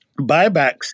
Buybacks